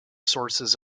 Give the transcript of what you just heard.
sources